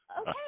Okay